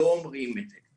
לא אומרים את זה.